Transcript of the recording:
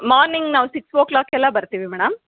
morning ನಾವು six ಓ ಕ್ಲಾಕಿಗೆಲ್ಲ ಬರ್ತೀವಿ ಮೇಡಮ್